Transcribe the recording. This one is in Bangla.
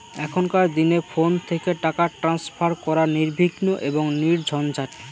এখনকার দিনে ফোন থেকে টাকা ট্রান্সফার করা নির্বিঘ্ন এবং নির্ঝঞ্ঝাট